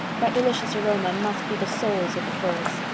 that delicious aroma must be the souls of the firs.